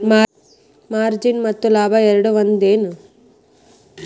margin ಮತ್ತ ಲಾಭ ಎರಡೂ ಒಂದ ಏನ್